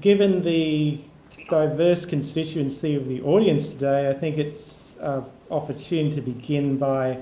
given the diverse constituency of the audience today i think it's opportune to begin by